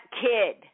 kid